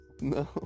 No